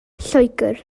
lloegr